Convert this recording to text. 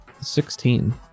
Sixteen